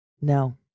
No